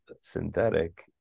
synthetic